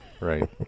Right